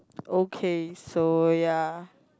okay so ya